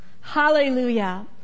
Hallelujah